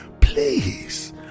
please